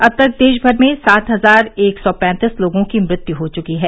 अब तक देश भर में सात हजार एक सौ पैंतीस लोगों की मौत हो चुकी है